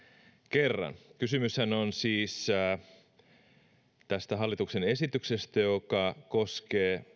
kerran kysymyshän on siis hallituksen esityksestä joka koskee